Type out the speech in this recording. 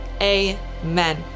Amen